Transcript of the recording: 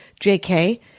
JK